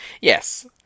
Yes